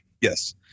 yes